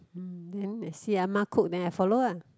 mm then I see Ah-Ma cook then I follow ah